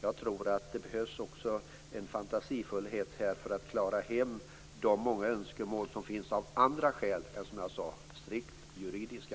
Jag tror att det behövs en fantasifullhet här för att klara hem de många önskemål som finns av andra skäl än som jag sade strikt juridiska.